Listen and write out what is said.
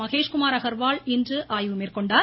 மகேஷ்குமார் அகர்வால் ஆய்வு மேற்கொண்டார்